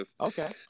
okay